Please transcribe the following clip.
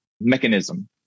mechanism